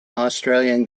australian